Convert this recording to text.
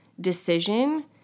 decision